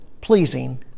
pleasing